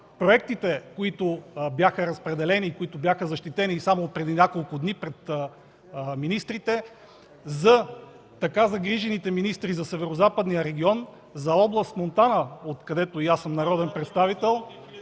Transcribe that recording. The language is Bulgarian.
проектите, които бяха разпределени и защитени само преди няколко дни пред министрите, така загрижените министри за Северозападния район, за област Монтана, откъдето и аз съм народен представител...